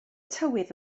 tywydd